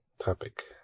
topic